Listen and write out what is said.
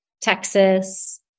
Texas